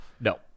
No